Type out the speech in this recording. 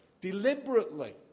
deliberately